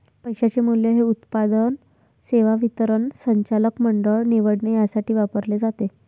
पैशाचे मूल्य हे उत्पादन, सेवा वितरण, संचालक मंडळ निवडणे यासाठी वापरले जाते